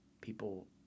people